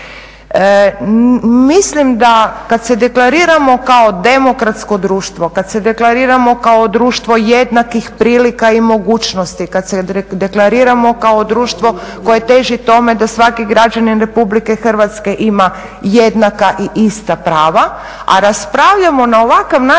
Mislim da kad se deklariramo kao demokratsko društvo, kad se deklariramo kao društvo jednakih prilika i mogućnosti, kad se deklariramo kao društvo koje teži tome da svaki građanin RH ima jednaka i ista prava, a raspravljamo na ovakav način